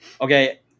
okay